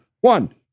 one